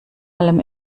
allem